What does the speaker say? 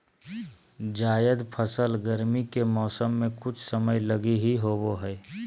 जायद फसल गरमी के मौसम मे कुछ समय लगी ही होवो हय